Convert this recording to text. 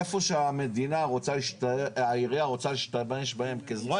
איפה שהעירייה רוצה להשתמש בהם כזרוע,